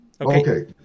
Okay